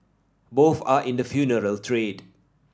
both are in the funeral trade